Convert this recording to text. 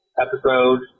episode